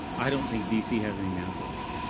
i don't think dc has any nazguls.